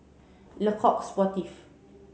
Le Coq Sportif